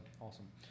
awesome